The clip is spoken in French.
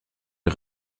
est